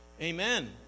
Amen